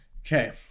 Okay